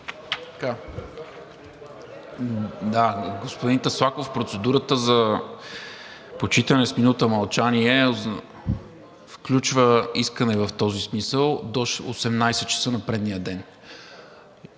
МИНЧЕВ: Господин Таслаков, процедурата за почитане с минута мълчание включва искане в този смисъл до 18,00 ч. на предния ден.